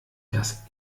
das